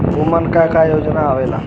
उमन का का योजना आवेला?